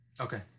Okay